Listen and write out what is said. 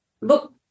look